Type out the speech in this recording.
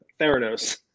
Theranos